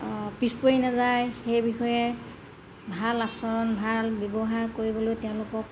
পিছপৰি নেযায় সেই বিষয়ে ভাল আচৰণ ভাল ব্যৱহাৰ কৰিবলৈ তেওঁলোকক